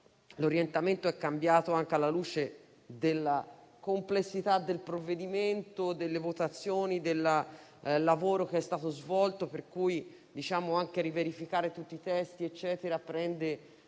l'orientamento è cambiato anche alla luce della complessità del provvedimento, delle votazioni e del lavoro che è stato svolto, per cui anche verificare nuovamente tutti i testi